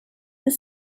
this